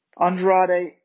Andrade